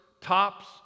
tops